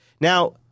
Now